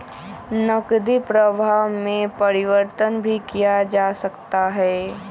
नकदी प्रवाह में परिवर्तन भी किया जा सकता है